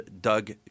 Doug